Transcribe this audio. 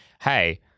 hey